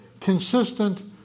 consistent